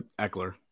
Eckler